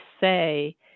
say